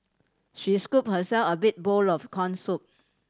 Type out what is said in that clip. she scooped herself a big bowl of corn soup